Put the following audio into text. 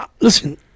listen